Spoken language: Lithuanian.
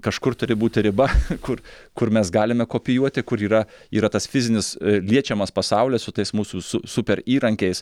kažkur turi būti riba kur kur mes galime kopijuoti kur yra yra tas fizinis liečiamas pasaulis su tais mūsų su super įrankiais